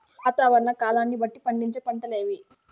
వాతావరణ కాలాన్ని బట్టి పండించే పంటలు ఏవి?